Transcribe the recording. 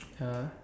ya